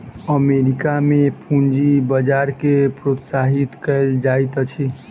America में पूंजी बजार के प्रोत्साहित कयल जाइत अछि